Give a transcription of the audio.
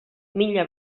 mila